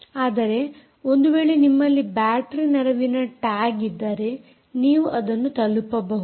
ಆದರೆ ಒಂದು ವೇಳೆ ನಿಮ್ಮಲ್ಲಿ ಬ್ಯಾಟರೀ ನೆರವಿನ ಟ್ಯಾಗ್ ಇದ್ದರೆ ನೀವು ಇದನ್ನು ತಲುಪಬಹುದು